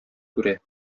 күрә